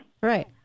Right